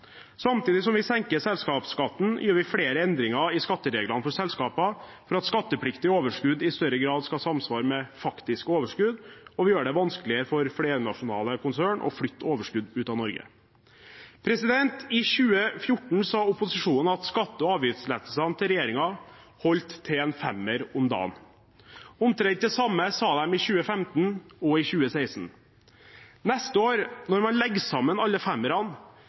Samtidig som vi senker selskapsskatten, gjør vi flere endringer i skattereglene for selskaper for at skattepliktig overskudd i større grad skal samsvare med faktisk overskudd, og vi gjør det vanskeligere for flernasjonale konsern å flytte overskudd ut av Norge. I 2014 sa opposisjonen at skatte- og avgiftslettelsene til regjeringen holdt til en femmer om dagen. Omtrent det samme sa de i 2015 og i 2016. Neste år, når man legger sammen alle